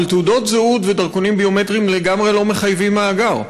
אבל תעודות זהות ודרכונים ביומטריים לגמרי לא מחייבים מאגר.